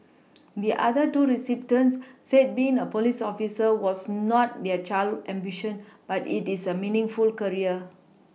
the other two recipients said being a police officer was not their childhood ambition but it is a meaningful career